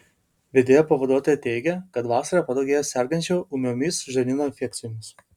vedėjo pavaduotoja teigė kad vasarą padaugėja sergančių ūmiomis žarnyno infekcijomis